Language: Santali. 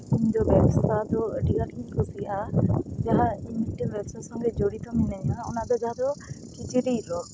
ᱤᱧᱫᱚ ᱵᱮᱵᱽᱥᱟ ᱫᱚ ᱟᱹᱰᱤ ᱟᱸᱴᱼᱤᱧ ᱠᱩᱥᱤᱭᱟᱜᱼᱟ ᱪᱮᱫᱟᱜ ᱤᱧ ᱢᱤᱫᱴᱮᱱ ᱵᱮᱵᱽᱥᱟ ᱥᱚᱸᱜᱮ ᱡᱚᱲᱤᱛᱚ ᱢᱤᱱᱟᱹᱧᱟ ᱚᱱᱟᱫᱚ ᱡᱟᱦᱟᱸᱫᱚ ᱠᱤᱪᱨᱤᱡ ᱨᱚᱜ